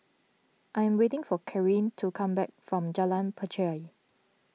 I am waiting for Caryl to come back from Jalan Pacheli